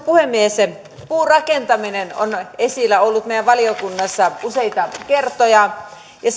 puhemies puurakentaminen on ollut esillä meidän valiokunnassamme useita kertoja